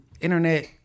Internet